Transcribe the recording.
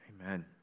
Amen